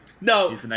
no